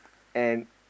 and